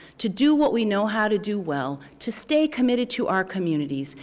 to do what we know how to do well, to stay committed to our communities,